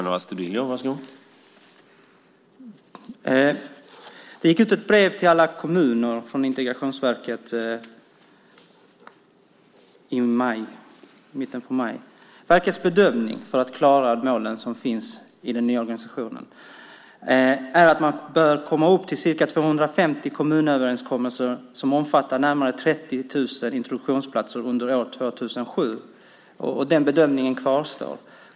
Herr talman! Det gick ut ett brev till alla kommuner från Integrationsverket i mitten av maj. För att klara de mål som finns i den nya organisationen är verkets bedömning att man bör komma upp till ca 250 kommunöverenskommelser omfattande närmare 30 000 introduktionsplatser under 2007. Den bedömningen kvarstår.